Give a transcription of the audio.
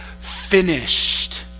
finished